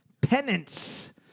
penance